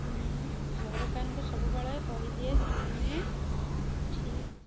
ମୁଁ ସରକାରଙ୍କୁ ସବୁବେଳେ କହିଦିଏ ସେମାନେ ଠିକ୍